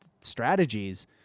strategies